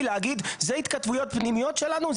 להגיד שזה התכתבויות פנימיות שלנו,